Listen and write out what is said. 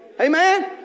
amen